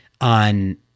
on